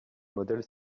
modèle